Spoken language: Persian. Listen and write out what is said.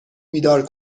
بیدار